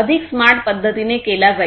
अधिक स्मार्ट पद्धतीने केला जाईल